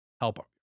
help